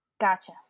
Gotcha